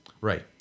right